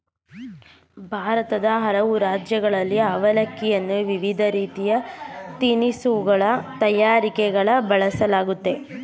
ಭಾರತದ ಹಲವು ರಾಜ್ಯಗಳಲ್ಲಿ ಅವಲಕ್ಕಿಯನ್ನು ವಿವಿಧ ರೀತಿಯ ತಿನಿಸುಗಳ ತಯಾರಿಕೆಯಲ್ಲಿ ಬಳಸಲಾಗ್ತದೆ